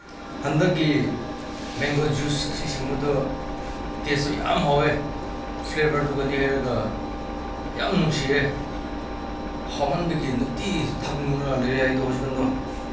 ꯍꯟꯗꯛꯀꯤ mango juice ꯑꯁꯤ ꯁꯦꯝꯕꯗꯣ ꯇꯦꯁꯁꯨ ꯌꯥꯝ ꯍꯥꯎꯋꯦ ꯐ꯭ꯂꯦꯕꯔꯗꯨꯒ ꯌꯥꯝ ꯅꯨꯡꯁꯤꯌꯦ ꯍꯥꯎꯃꯟꯕꯒꯤ ꯅꯨꯡꯇꯤꯒꯤ ꯊꯛꯅꯤꯡꯉꯒ ꯂꯩꯔꯦ ꯑꯩꯗꯣ ꯍꯧꯖꯤꯛ ꯀꯥꯟꯗꯣ